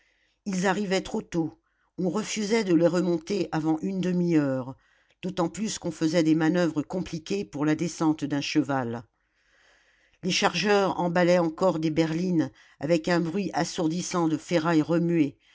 ils arrivaient trop tôt on refusait de les remonter avant une demi-heure d'autant plus qu'on faisait des manoeuvres compliquées pour la descente d'un cheval les chargeurs emballaient encore des berlines avec un bruit assourdissant de ferrailles remuées